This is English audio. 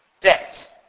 Debt